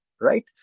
right